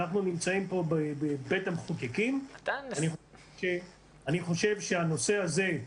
אנחנו נמצאים כאן בבית המחוקקים ואני חושב שהנושא הזה,